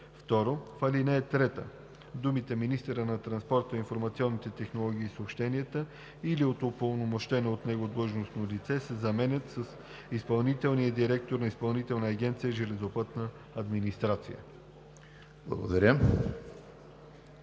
мрежа“. 2. В ал. 3 думите „министъра на транспорта, информационните технологии и съобщенията или от упълномощено от него длъжностно лице“ се заменят с „изпълнителния директор на Изпълнителна агенция „Железопътна администрация“.“